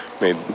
made